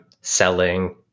selling